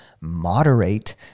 moderate